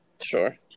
sure